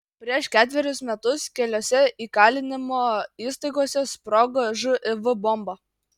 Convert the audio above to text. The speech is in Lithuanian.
prieš ketverius metus keliose įkalinimo įstaigose sprogo živ bomba